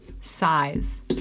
size